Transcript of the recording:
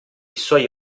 suoi